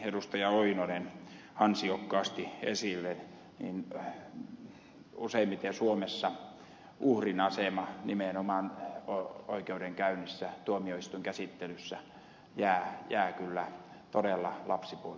lauri oinonen ansiokkaasti esille useimmiten suomessa uhrin asema nimenomaan oikeudenkäynnissä tuomioistuinkäsittelyssä jää kyllä todella lapsipuolen asemaan